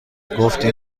گفتی